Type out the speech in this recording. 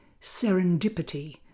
serendipity